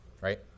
right